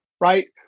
right